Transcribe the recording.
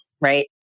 right